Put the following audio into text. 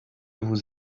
vous